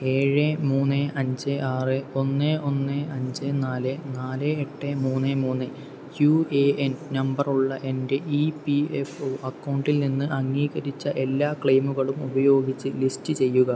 ഏഴ് മൂന്ന് അഞ്ച് ആറ് ഒന്ന് ഒന്ന് അഞ്ച് നാല് നാല് എട്ട് മൂന്ന് മൂന്ന് യു എ എൻ നമ്പറുള്ള എൻ്റെ ഇ പി എഫ് ഒ അക്കൗണ്ടിൽ നിന്ന് അംഗീകരിച്ച എല്ലാ ക്ലെയിമുകളും ഉപയോഗിച്ച് ലിസ്റ്റ് ചെയ്യുക